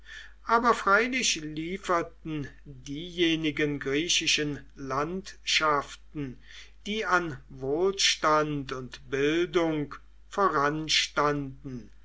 aber freilich lieferten diejenigen griechischen landschaften die an wohlstand und bildung